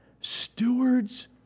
stewards